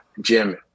Jim